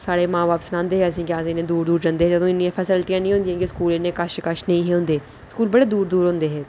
साढे़ मां बब्ब सनांदे हे कि जिसलै अस दूर दूर जंदे हे तां इन्नी फैसलिटियां नेईं ही होंदिया स्कूल इन्नै कश कश नेईं हे होंदे स्कूल स्कूल बड़े दूर दूर होंदे हे